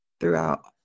throughout